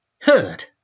heard